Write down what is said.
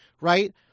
Right